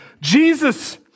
Jesus